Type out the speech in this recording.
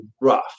rough